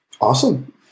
Awesome